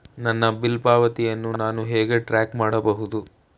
ನನ್ನ ಬಿಲ್ ಪಾವತಿಯನ್ನು ನಾನು ಹೇಗೆ ಟ್ರ್ಯಾಕ್ ಮಾಡಬಹುದು?